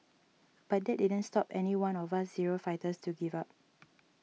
but that didn't stop any one of us zero fighters to give up